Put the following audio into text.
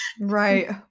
Right